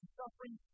suffering